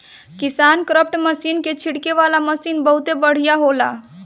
KisanKraft machine के छिड़के वाला मशीन बहुत बढ़िया होएला